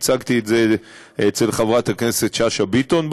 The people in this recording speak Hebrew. הצגתי את זה אצל חברת הכנסת שאשא ביטון בוועדה,